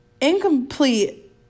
Incomplete